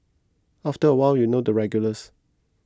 after a while you know the regulars